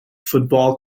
football